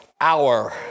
hour